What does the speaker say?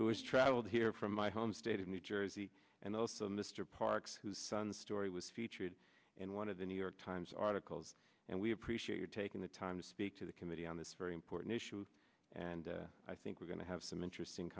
who has traveled here from my home state of new jersey and also mr parks who's son story featured in one of the new york times articles and we appreciate your taking the time to speak to the committee on this very important issue and i think we're going to have some interesting